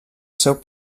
seu